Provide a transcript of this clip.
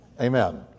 Amen